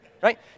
Right